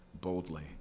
boldly